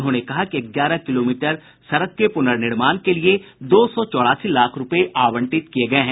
उन्होंने कहा कि ग्यारह किलोमीटर सड़क के पुनर्निर्माण के लिए दो सौ चौरासी लाख रूपए आवंटित किये गये हैं